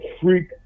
freak